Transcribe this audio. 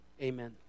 amen